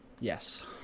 Yes